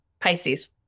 Pisces